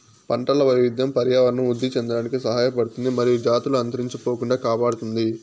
పంటల వైవిధ్యం పర్యావరణం వృద్ధి చెందడానికి సహాయపడుతుంది మరియు జాతులు అంతరించిపోకుండా కాపాడుతుంది